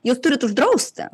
juk turit uždrausti